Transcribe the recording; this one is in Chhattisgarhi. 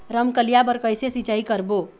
रमकलिया बर कइसे सिचाई करबो?